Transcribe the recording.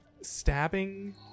stabbing